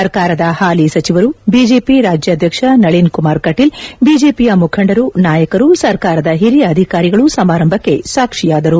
ಸರ್ಕಾರದ ಹಾಲಿ ಸಚಿವರು ಬಿಜೆಪಿ ರಾಜ್ಯಾಧ್ಯಕ್ಷ ನಳೀನ್ಕುಮಾರ್ ಕಟೀಲ್ ಬಿಜೆಪಿಯ ಮುಖಂಡರು ನಾಯಕರು ಸರಕಾರದ ಹಿರಿಯ ಅಧಿಕಾರಿಗಳು ಸಮಾರಂಭಕ್ಕೆ ಸಾಕ್ಷಿಯಾದರು